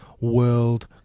world